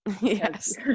yes